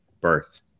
birth